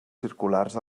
circulars